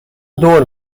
دور